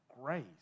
grace